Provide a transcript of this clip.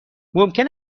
ممکن